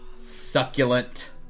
succulent